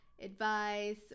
advice